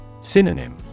Synonym